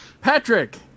Patrick